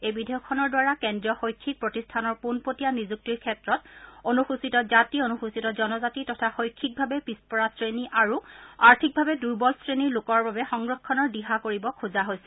এই বিধেয়কখনৰ দ্বাৰা কেন্দ্ৰীয় শৈক্ষিক প্ৰতিষ্ঠানৰ পোনপটীয়া নিযুক্তিৰ ক্ষেত্ৰত অনুসূচিত জাতি অনুসূচিত জনজাতি তথা শৈক্ষিকভাৱে পিচপৰা শ্ৰেণী আৰু আৰ্থিকভাৱে দুৰ্বল শ্ৰেণীৰ লোকৰ বাবে সংৰক্ষণৰ দিহা কৰিব খোজা হৈছে